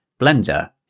blender